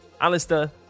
Alistair